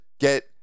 get